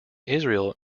israel